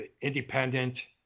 independent